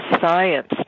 science